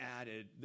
added